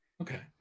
Okay